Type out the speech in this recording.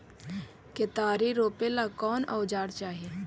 केतारी रोपेला कौन औजर चाही?